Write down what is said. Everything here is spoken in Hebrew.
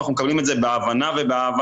ואנחנו מקבלים את זה בהבנה ובאהבה.